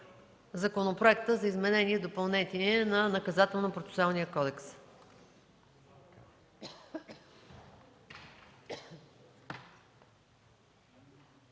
Законопроекта за изменение и допълнение на Наказателно-процесуалния кодекс.